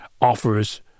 offers